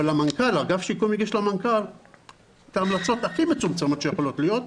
אבל אגף שיקום הגיש למנכ"ל את ההמלצות הכי מצומצמות שיכולות להיות,